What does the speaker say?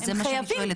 אז זה מה שאני שואלת,